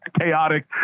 chaotic